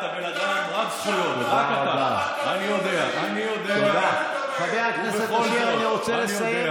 הבנתי, אתה צועק עם הידיים, מי אני ומי אני.